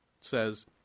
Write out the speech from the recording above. says